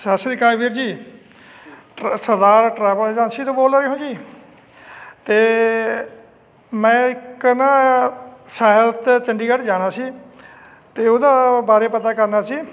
ਸਤਿ ਸ਼੍ਰੀ ਅਕਾਲ ਵੀਰ ਜੀ ਟਰ ਸਰਦਾਰ ਟਰੈਵਲ ਏਜੈਂਸੀ ਤੋਂ ਬੋਲਦੇ ਹੋ ਜੀ ਅਤੇ ਮੈਂ ਇੱਕ ਨਾ ਤੇ ਚੰਡੀਗੜ੍ਹ ਜਾਣਾ ਸੀ ਅਤੇ ਉਹਦਾ ਬਾਰੇ ਪਤਾ ਕਰਨਾ ਸੀ